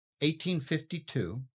1852